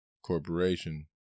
Corporation